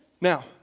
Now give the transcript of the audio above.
Now